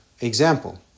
example